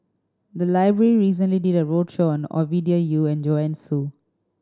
the library recently did a roadshow on Ovidia Yu and Joanne Soo